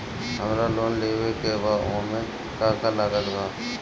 हमरा लोन लेवे के बा ओमे का का लागत बा?